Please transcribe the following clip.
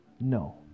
no